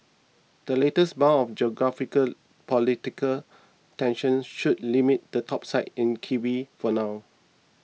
the latest bout of political tensions should limit the topside in kiwi for now